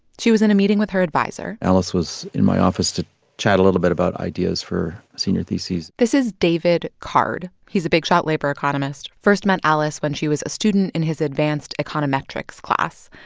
she was in a meeting with her adviser alice was in my office to chat a little bit about ideas for a senior theses this is david card. he's a big shot labor economist first met alice when she was a student in his advanced econometrics class.